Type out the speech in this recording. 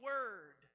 Word